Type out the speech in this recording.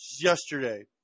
Yesterday